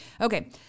Okay